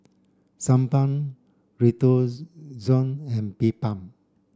Sebamed Redoxon and Bedpan